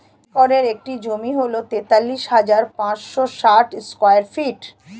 এক একরের একটি জমি হল তেতাল্লিশ হাজার পাঁচশ ষাট স্কয়ার ফিট